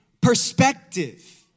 perspective